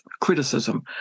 criticism